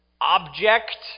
Object